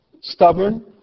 Stubborn